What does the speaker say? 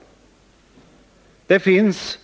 Onsdagen den Det finns,